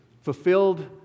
fulfilled